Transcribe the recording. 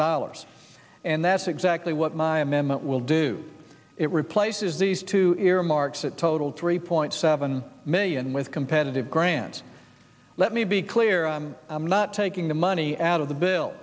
dollars and that's exactly what my amendment will do it replaces these two earmarks that total three point seven million with competitive grants let me be clear i'm not taking the money out of the bill